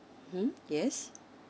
mmhmm yes